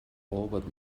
albert